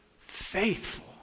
faithful